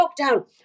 lockdown